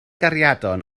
gariadon